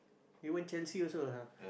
even Chelsea also ah